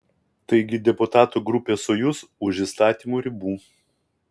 taigi deputatų grupė sojuz už įstatymo ribų